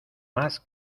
más